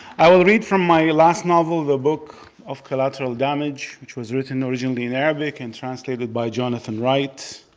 i will read from my last novel, the book of collateral damage, which was written originally in arabic and translated by jonathan wright.